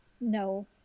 No